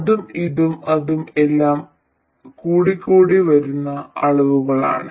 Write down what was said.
ഇതും അതും അതും എല്ലാം കൂടിക്കൂടി വരുന്ന അളവുകളാണ്